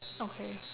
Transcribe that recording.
okay